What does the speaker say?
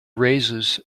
raises